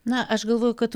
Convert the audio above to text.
na aš galvoju kad